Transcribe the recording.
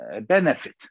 benefit